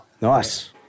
Nice